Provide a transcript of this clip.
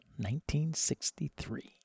1963